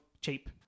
cheap